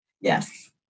yes